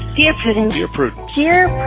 dear prudence, your fruit here.